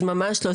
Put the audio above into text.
אז ממש לא.